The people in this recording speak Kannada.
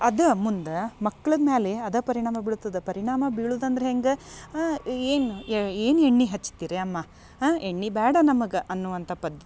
ಅದು ಮುಂದೆ ಮಕ್ಳ ಮ್ಯಾಲೆ ಅದ ಪರಿಣಾಮ ಬೀಳ್ತದೆ ಪರಿಣಾಮ ಬೀಳುದಂದ್ರ ಹೆಂಗೆ ಏನು ಏನು ಎಣ್ಣೆ ಹಚ್ತೀರಿ ಅಮ್ಮ ಎಣ್ಣೆ ಬ್ಯಾಡ ನಮಗೆ ಅನ್ನುವಂಥಾ ಪದ